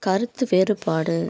கருத்து வேறுபாடு